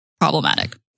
problematic